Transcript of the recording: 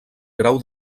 grau